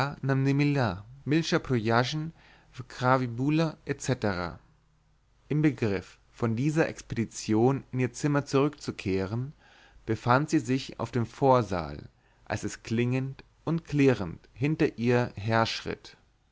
im begriff von dieser expedition in ihr zimmer zurückzukehren befand sie sich auf dem vorsaal als es klingend und klirrend hinter ihr her